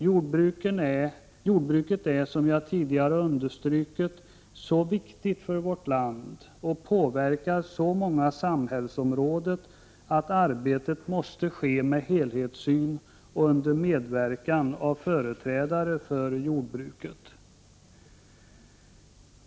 Jordbruket är så viktigt för vårt land och påverkar så många samhällsområden att arbetet måste ske med helhetssyn och under medverkan av företrädare för jordbruket.